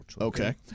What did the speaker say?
Okay